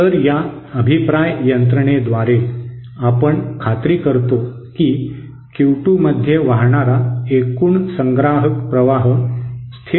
तर या अभिप्राय यंत्रणेद्वारे आपण खात्री करतो की Q2 मध्ये वाहणारा एकूण संग्राहक प्रवाह स्थिर आहे